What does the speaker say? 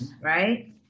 right